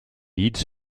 leeds